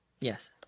Yes